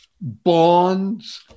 bonds